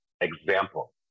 example